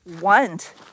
want